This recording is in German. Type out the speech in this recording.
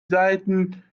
seiten